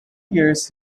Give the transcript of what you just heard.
years